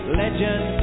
legend